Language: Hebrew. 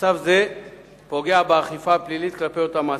מצב זה פוגע באכיפה הפלילית כלפי אותם מעסיקים.